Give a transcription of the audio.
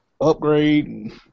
Upgrade